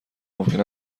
ممکن